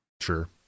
Sure